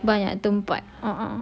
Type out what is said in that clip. banyak tempat a'ah